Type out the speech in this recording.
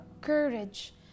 courage